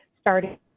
starting